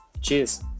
Cheers